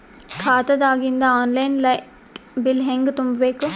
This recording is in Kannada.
ಖಾತಾದಾಗಿಂದ ಆನ್ ಲೈನ್ ಲೈಟ್ ಬಿಲ್ ಹೇಂಗ ತುಂಬಾ ಬೇಕು?